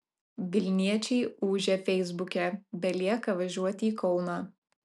vilniečiai ūžia feisbuke belieka važiuoti į kauną